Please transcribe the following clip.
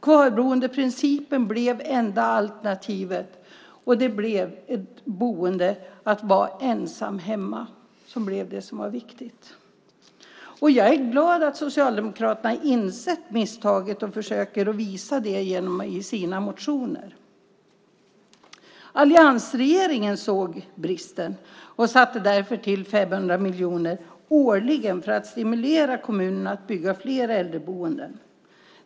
Kvarboendeprincipen blev det enda alternativet, och det blev ett boende som innebar att vara ensam hemma som blev det viktiga. Jag är glad att Socialdemokraterna insett misstaget och försöker visa det i sina motioner. Alliansregeringen såg bristen och sköt därför till 500 miljoner årligen för att stimulera kommunerna att bygga fler äldreboenden.